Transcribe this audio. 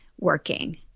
working